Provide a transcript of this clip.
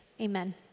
Amen